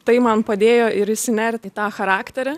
tai man padėjo ir išsinert į tą charakterį